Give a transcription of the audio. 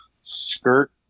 skirt